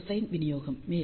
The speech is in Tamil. இது கொசின் விநியோகம்